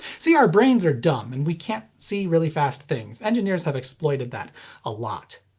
see our brains are dumb and we can't see really fast things, engineers have exploited that a lot.